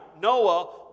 Noah